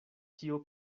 kio